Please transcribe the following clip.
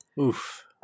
Oof